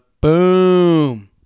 Boom